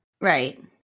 Right